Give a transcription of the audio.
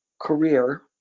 career